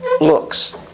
looks